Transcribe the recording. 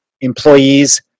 employees